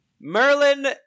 Merlin